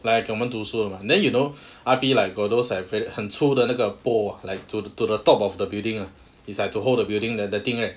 like 给我们读书的 mah then you know R_P got those like 很粗的那个 pole like to the to the top of the building ah is like to hold the building that the thing right